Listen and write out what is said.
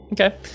Okay